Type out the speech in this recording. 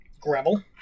Gravel